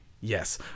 Yes